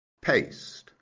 paste